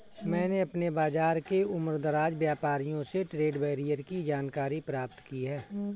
मैंने अपने बाज़ार के उमरदराज व्यापारियों से ट्रेड बैरियर की जानकारी प्राप्त की है